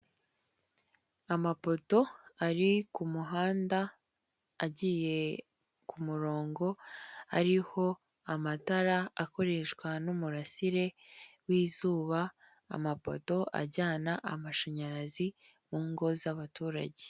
Amapoto ari ku muhanda agiye ku murongo ariho amatara akoreshwa n'umurasire w'izuba, amapoto ajyana amashanyarazi mu ngo z'abaturage.